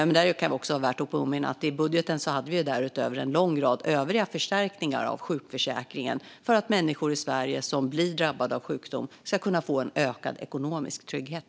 Det kan också vara värt att påminna om att vi i budgeten hade en lång rad övriga förstärkningar av sjukförsäkringen för att människor i Sverige som blir drabbade av sjukdom ska kunna få en ökad ekonomisk trygghet.